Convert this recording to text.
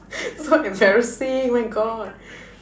so embarrassing my God